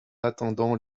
attendant